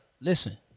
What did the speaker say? Listen